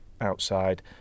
outside